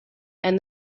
and